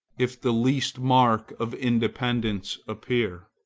if the least mark of independence appear?